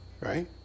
right